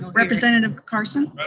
representative carson?